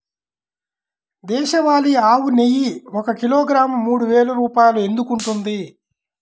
దేశవాళీ ఆవు నెయ్యి ఒక కిలోగ్రాము మూడు వేలు రూపాయలు ఎందుకు ఉంటుంది?